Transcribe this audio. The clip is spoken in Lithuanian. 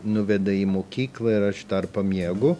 nuveda į mokyklą ir aš tarpą miegu